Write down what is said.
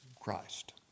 Christ